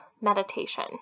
meditation